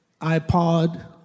iPod